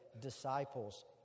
disciples